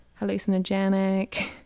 hallucinogenic